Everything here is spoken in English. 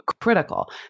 critical